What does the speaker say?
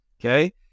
Okay